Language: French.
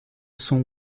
son